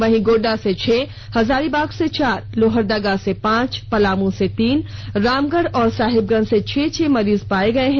वहीं गोड्डा से छह हजारीबाग से चार लोहरदगा से पांच पलामू से तीन रामगढ़ और साहिबगंज से छह छह मरीज पाये गये हैं